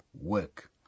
work